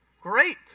great